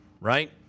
right